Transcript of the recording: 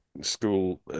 school